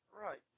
Right